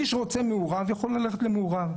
מי שרוצה מעורב יכול ללכת למעורב.